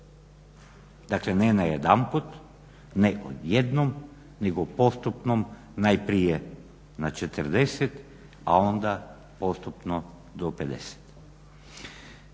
Dakle ne najedanput, ne odjednom nego postupnom najprije na 40, a onda postupno do 50.